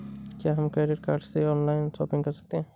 क्या हम credit card से ऑनलाइन शॉपिंग कर सकते हैं?